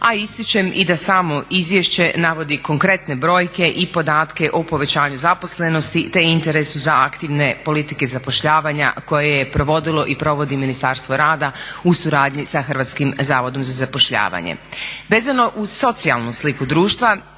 a ističem i da samo izvješće navodi konkretne brojke i podatke o povećanju zaposlenosti, te interes za aktivne politike zapošljavanja koje je provodilo i provodi Ministarstvo rada u suradnji sa Hrvatskim zavodom za zapošljavanje. Vezano uz socijalnu sliku društva